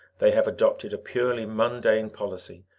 they have adopted a purely mundane policy,